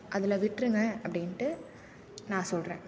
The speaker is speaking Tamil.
அதில் விட்டுருங்க அப்படின்ட்டு நான் சொல்கிறேன்